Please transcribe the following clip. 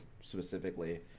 specifically